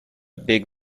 big